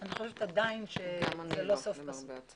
אני חושב שזה לא סוף פסוק.